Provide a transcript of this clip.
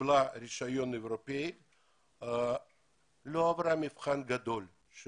קיבלה רישיון אירופאי אבל לא עברה את המבחן הגדול כי